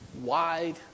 wide